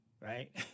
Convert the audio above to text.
right